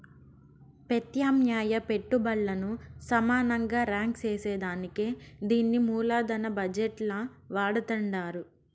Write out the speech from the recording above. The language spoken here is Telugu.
పెత్యామ్నాయ పెట్టుబల్లను సమానంగా రాంక్ సేసేదానికే దీన్ని మూలదన బజెట్ ల వాడతండారు